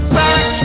back